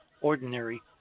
ordinary